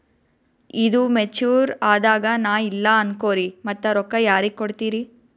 ಈದು ಮೆಚುರ್ ಅದಾಗ ನಾ ಇಲ್ಲ ಅನಕೊರಿ ಮತ್ತ ರೊಕ್ಕ ಯಾರಿಗ ಕೊಡತಿರಿ?